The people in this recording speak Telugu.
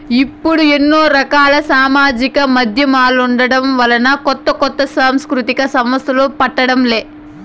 ఇప్పుడు ఎన్నో రకాల సామాజిక మాధ్యమాలుండటం వలన కొత్త కొత్త సాంస్కృతిక సంస్థలు పుట్టడం లే